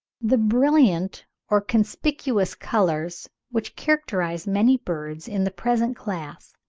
the brilliant or conspicuous colours which characterise many birds in the present class,